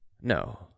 no